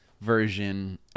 version